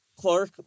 Clark